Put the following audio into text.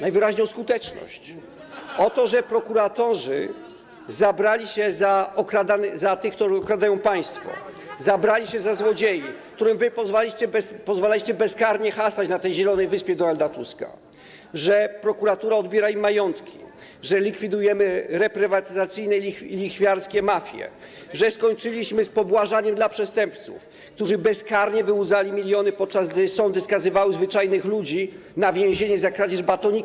Najwyraźniej o skuteczność, o to, że prokuratorzy zabrali się za tych, co okradają państwo, zabrali się za złodziei, którym wy pozwalaliście bezkarnie hasać na tej zielonej wyspie Donalda Tuska, że prokuratura odbiera im majątki, że likwidujemy reprywatyzacyjne i lichwiarskie mafie, że skończyliśmy z pobłażaniem dla przestępców, którzy bezkarnie wyłudzali miliony, podczas gdy sądy skazywały zwyczajnych ludzi na więzienie za kradzież batonika.